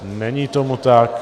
Není tomu tak.